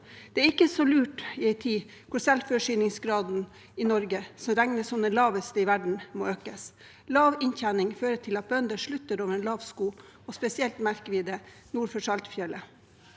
Det er ikke så lurt i en tid hvor selvforsyningsgraden i Norge, som regnes som den laveste i verden, må økes. Lav inntjening fører til at bønder slutter over en lav sko, og spesielt merker vi det nord for Saltfjellet.